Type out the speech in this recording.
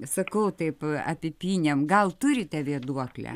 sakau taip apipynėm gal turite vėduoklę